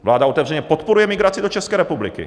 Vláda otevřeně podporuje migraci do České republiky.